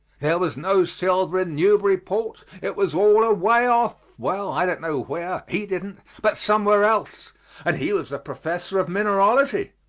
there was no silver in newburyport it was all away off well, i don't know where he didn't, but somewhere else and he was a professor of mineralogy.